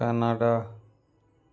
Canada